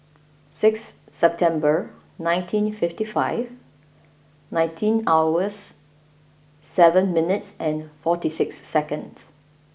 six September nineteen fifty five nineteen hours seven mintues and forty six seconds